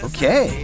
Okay